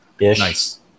Nice